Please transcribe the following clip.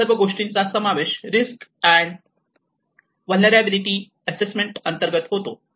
या सर्व गोष्टींचा समावेश रिस्क अँड व्हलनेरलॅबीलीटी असेसमेंट अंतर्गत होतो